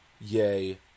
Yay